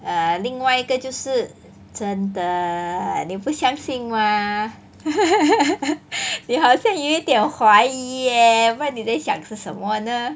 err 另外一个就是真的你不相信吗 你好像有一点怀疑 eh 不然你在想是什么呢